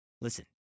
listen